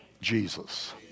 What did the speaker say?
Jesus